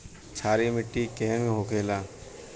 क्षारीय मिट्टी केहन होखेला?